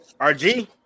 RG